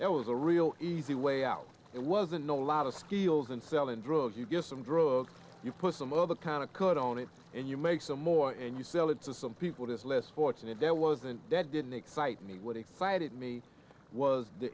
a real easy way out it wasn't a lot of steals and selling drugs you get some drugs you put some other kind of code on it and you make some more and you sell it to some people there's less fortunate there wasn't that didn't excite me what excited me was the